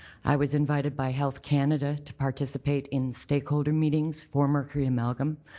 i was invited by health canada to participate in stakeholder meetings for mercury amalgam.